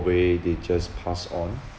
way they just pass on